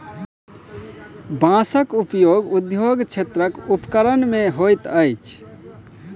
बांसक उपयोग उद्योग क्षेत्रक उपकरण मे होइत अछि